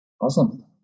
awesome